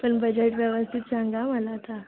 पण बजेट व्यवस्थित सांगा हां मला आता